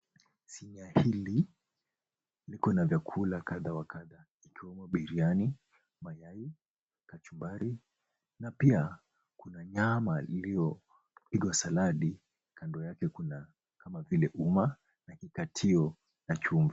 Sinia hili liko na vyakula kadha wa kadha ikiwemo biriani, mayai, kachumbari na pia kuna nyama iliyo saladi, kando yake kuna kama vile uma na kikatio.